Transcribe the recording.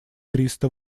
триста